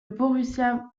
borussia